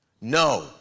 No